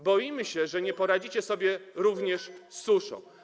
Boimy się, że nie poradzicie sobie również z suszą.